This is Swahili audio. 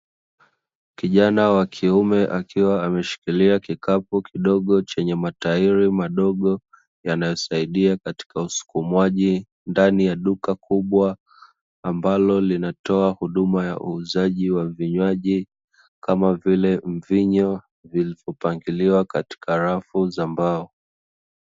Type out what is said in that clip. Kijana wa kiume akiwa ameshikilia kikapu kidogo chenye matairi madogo, yanayosaidia katika usukumwaji, ndani ya duka kubwa, ambalo linatoa huduma ya uuzaji wa vinywaji kama vile mvinyo vilivyopangiliwa katika rafu za mbao.